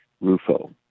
Rufo